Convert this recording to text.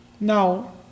Now